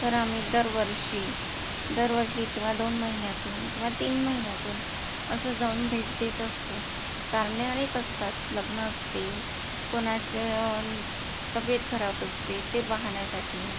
तर आम्ही दरवर्षी दरवर्षी किंवा दोन महिन्यातून किंवा तीन महिन्यातून असं जाऊन भेट देत असतो कारणे अनेक असतात लग्न असते कुणाचे तब्येत खराब असते ते पाहण्यासाठी